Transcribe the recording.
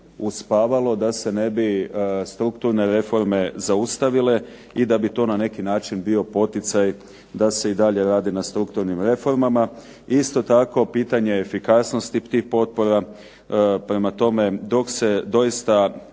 uspavalo, da se ne bi strukturne reforme zaustavile i da bi to na neki način bio poticaj da se i dalje radi na strukturnim reformama. Isto tako, pitanje efikasnosti tih potpora. Prema tome, dok se doista